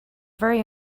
very